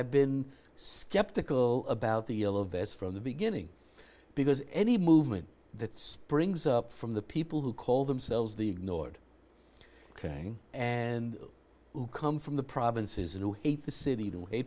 i've been skeptical about the yellow vests from the beginning because any movement that springs up from the people who call themselves the ignored caring and who come from the provinces who hate the city to a